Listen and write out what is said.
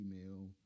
email